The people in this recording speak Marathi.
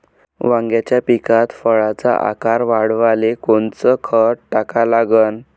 वांग्याच्या पिकात फळाचा आकार वाढवाले कोनचं खत टाका लागन?